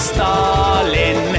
Stalin